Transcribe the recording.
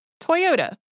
Toyota